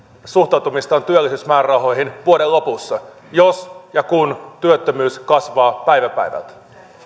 suhtautumistaan työllisyysmäärärahoihin vuoden lopussa jos ja kun työttömyys kasvaa päivä päivältä